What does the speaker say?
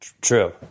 True